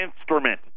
instrument